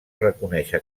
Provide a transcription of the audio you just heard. reconèixer